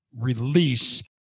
release